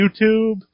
YouTube